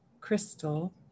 crystal